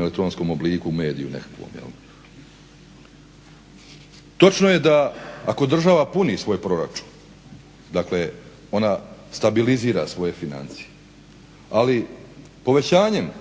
elektronskom mediju nekakvom. Točno je da ako država puni svoj proračun, dakle ona stabilizira svoje financije, ali povećanjem